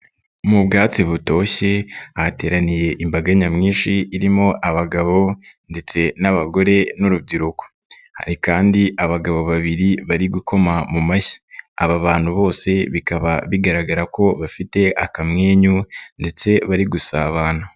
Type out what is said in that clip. Mu bwatsi butoshye, hateraniye imbaga nyamwinshi irimo abagabo ndetse n'abagore n'urubyiruko. Hari kandi abagabo babiri bari gukoma mu mashyi. Aba bantu bose, bikaba bigaragara ko bafite akamwenyu ndetse bari gusabana.